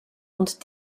und